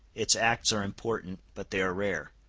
its acts are important, but they are rare.